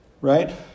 Right